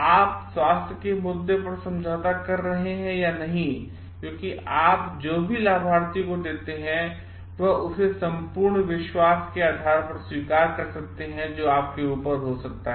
आप स्वास्थ्य के मुद्दों पर समझौता कर रहे हैं या नहीं क्योंकि आप जो भी लाभार्थियों को देते हैं वे इसे उस सम्पूर्ण विश्वास के आधार पर स्वीकार कर सकते हैं जो आपके ऊपर हो सकता है